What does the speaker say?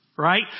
right